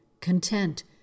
content